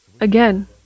again